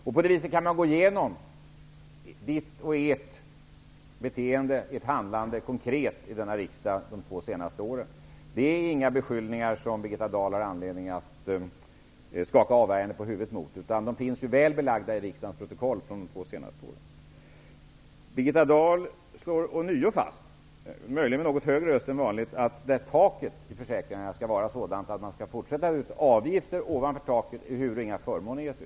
På samma vis kan man gå igenom Birgitta Dahls och socialdemokraternas beteende och handlande konkret i denna riksdag de senaste åren. Det är inga beskyllningar som Birgitta Dahl har anledning att skaka avvärjande på huvudet åt -- dessa ställningstaganden finns väl belagda i riksdagens protokoll från de två senaste åren. Birgitta Dahl slår ånyo fast, möjligen med något högre röst än vanligt, att taket i försäkringarna skall vara sådant att man fortsätter att ta ut avgifter ovanför taket ehuru inga förmåner ges ut.